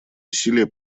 усилия